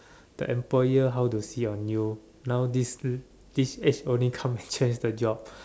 the employer how to see on you now this this age only come and change the job